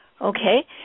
Okay